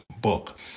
book